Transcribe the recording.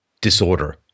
disorder